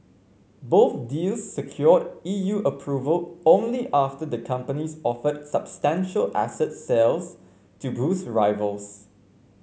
both deals secured E U approval only after the companies offered substantial asset sales to boost rivals